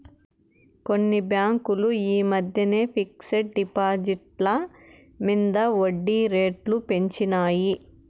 కొన్ని బాంకులు ఈ మద్దెన ఫిక్స్ డ్ డిపాజిట్ల మింద ఒడ్జీ రేట్లు పెంచినాయి